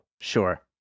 Sure